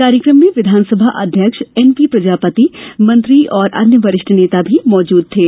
कार्यक्रम में विधानसभा अध्यक्ष एनपी प्रजापति मंत्री और अन्य वरिष्ठ नेता भी मौजूद थे